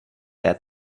that